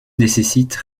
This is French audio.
nécessitent